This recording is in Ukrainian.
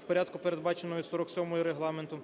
в порядку, передбаченому 47-ю Регламенту.